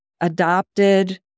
adopted